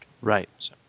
Right